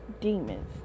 demons